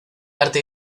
arte